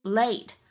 late